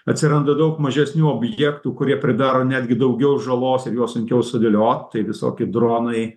atsiranda daug mažesnių objektų kurie pridaro netgi daugiau žalos ir juos sunkiau sudėliot tai visoki dronai